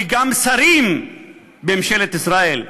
וגם שרים בממשלת ישראל.